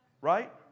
Right